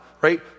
right